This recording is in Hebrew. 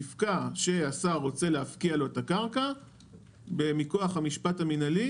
נפקע שהשר רוצה להפקיע לו את הקרקע מכוח המשפט המינהלי,